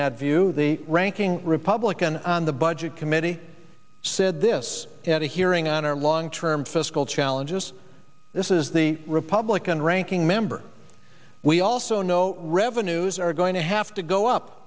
q the ranking republican on the budget committee said this at a hearing on our long term fiscal challenges this is the republican ranking member we also know revenues are going to have to go up